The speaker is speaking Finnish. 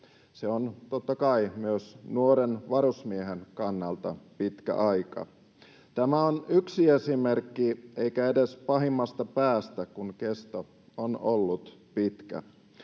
Se on, totta kai, myös nuoren varusmiehen kannalta pitkä aika. Tämä on yksi esimerkki eikä edes pahimmasta päästä, kun kesto on ollut pitkä.